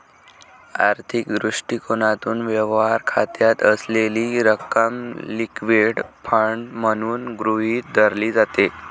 आर्थिक दृष्टिकोनातून, व्यवहार खात्यात असलेली रक्कम लिक्विड फंड म्हणून गृहीत धरली जाते